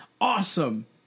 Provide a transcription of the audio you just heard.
Awesome